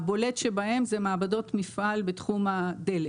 הבולט שבהם זה מעבדות מפעל בתחום הדלק,